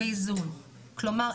כלומר,